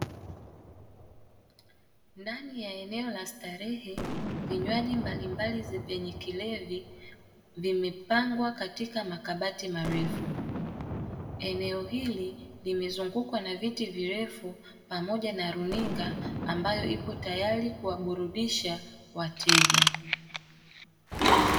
Ndani ya eneo la starehe, vinywaji mbalimbali vyenye kilevi vimepangwa katika makabati marefu. Eneo hili limezungukwa na viti virefu pamoja na runinga ambayo ipo tayari kuwaburudisha wateja.